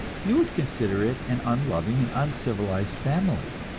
you would consider it an unloving and uncivilized family.